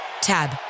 Tab